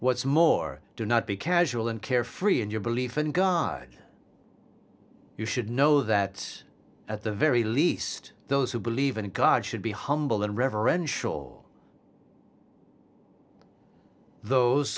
what's more do not be casual and carefree and your belief in god you should know that at the very least those who believe in god should be humble and reveren